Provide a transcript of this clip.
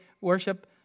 worship